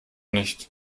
nicht